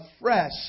fresh